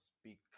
speak